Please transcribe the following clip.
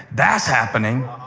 that's happening,